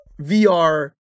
vr